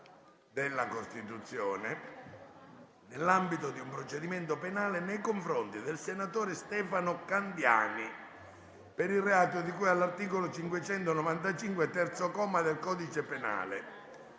della Costituzione, nell'ambito di un procedimento penale nei confronti della senatrice Laura Bottici per il reato di cui all'articolo 595, terzo comma, del codice penale